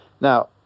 Now